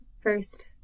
first